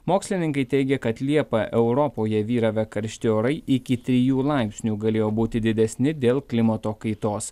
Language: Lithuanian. mokslininkai teigia kad liepą europoje vyravę karšti orai iki trijų laipsnių galėjo būti didesni dėl klimato kaitos